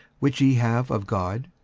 which ye have of god,